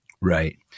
Right